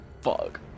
fuck